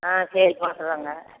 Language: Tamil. ஆ சரி போட்டோறோங்க